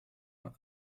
uhr